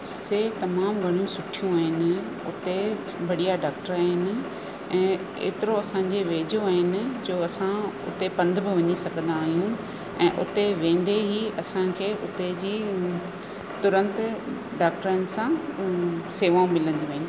से तमामु घणियूं सुठियूं आहिनि उते बढ़िया डाक्टर आहिनि ऐं एतिरो असांजे वेझो आहिनि जो असां उते पंध बि वञी सघंदा आहियूं ऐं उते वेंदे ई असांखे उते जी तुरंत डाक्टरनि सां शेवाऊं मिलंदियूं आहिनि